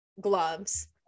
gloves